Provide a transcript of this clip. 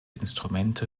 instrumente